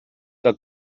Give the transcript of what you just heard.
que